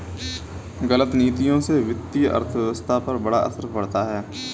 गलत नीतियों से वित्तीय अर्थव्यवस्था पर बड़ा असर पड़ता है